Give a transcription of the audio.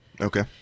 Okay